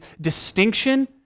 distinction